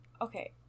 Okay